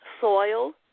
soil